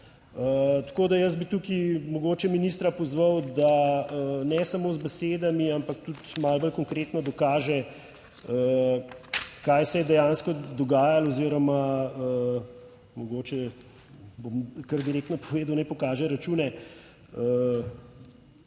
Tako, da jaz bi tukaj mogoče ministra pozval, da ne samo z besedami ampak tudi malo bolj konkretno dokaže, kaj se je dejansko dogajalo oziroma mogoče, bom kar direktno povedal, naj pokaže račune,